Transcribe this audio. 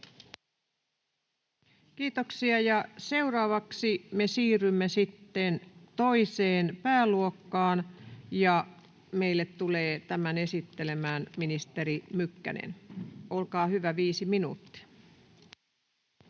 Kiitoksia. — Ja seuraavaksi me siirrymme sitten toiseen pääluokkaan, ja sen meille tulee esittelemään ministeri Mykkänen. Olkaa hyvä, viisi minuuttia.